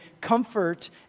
comfort